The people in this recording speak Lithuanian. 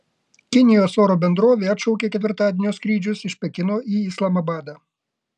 kinijos oro bendrovė atšaukė ketvirtadienio skrydžius iš pekino į islamabadą